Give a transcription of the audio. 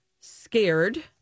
scared